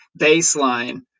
baseline